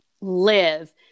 live